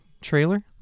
trailer